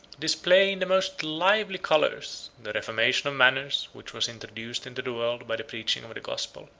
display, in the most lively colors, the reformation of manners which was introduced into the world by the preaching of the gospel.